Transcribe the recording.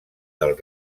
del